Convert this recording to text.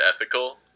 ethical